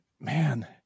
man